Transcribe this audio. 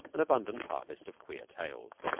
an abundant harvest of queer tales